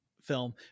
film